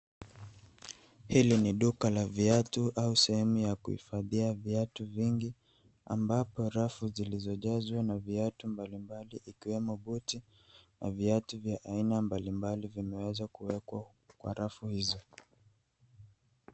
Hili ni duka la viatu au sehemu ya kuhifadhia viatu vingi ambapo rafu zilizojazwa na viatu mbali mbali ikiwemo buti na viatu vya aina mbali mbali vimeweza kuwekwa kwa rafu hizo.